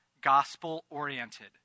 gospel-oriented